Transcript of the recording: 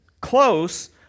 close